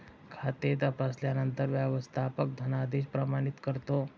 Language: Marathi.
खाते तपासल्यानंतर व्यवस्थापक धनादेश प्रमाणित करतो